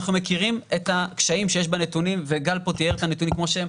אנחנו מכירים את הקשיים שיש בנתונים וגל פה תיאר את הנתונים כמו שהם,